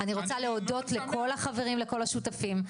אני מודה לכל החברים והשותפים,